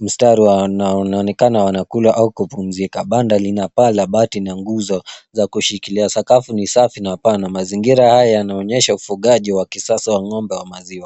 mstari na wanaonekana wanakula au kupumzika. Banda lina paa la bati na nguzo za kushikilia. Sakafu ni safi na pana. Mazingira haya yanaonyesha ufugaji wa kisasa wa ng'ombe wa maziwa.